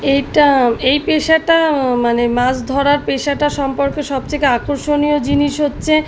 এইটা এই পেশাটা মানে মাছ ধরার পেশাটা সম্পর্কে সবথেকে আকর্ষণীয় জিনিস হচ্ছে